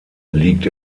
liegt